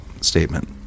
statement